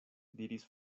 diris